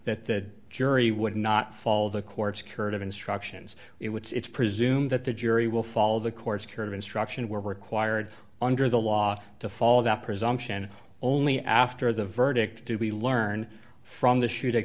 that the jury would not fall the court's curative instructions it would presume that the jury will follow the court's care of instruction were required under the law to follow that presumption only after the verdict to be learned from the shooting